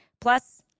Plus